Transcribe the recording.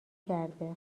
کرده